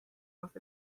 off